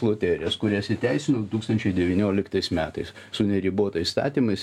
loterijos kurias įteisino du tūkstančiai devynioliktais metais su neribotais statymais